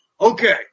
Okay